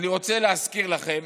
אני רוצה להזכיר לכם